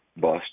bust